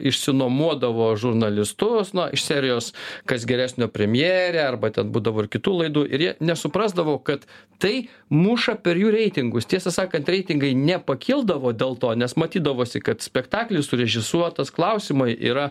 išsinuomodavo žurnalistus iš serijos kas geresnio premjere arba ten būdavo ir kitų laidų ir jie nesuprasdavo kad tai muša per jų reitingus tiesą sakant reitingai nepakildavo dėl to nes matydavosi kad spektaklis surežisuotas klausimai yra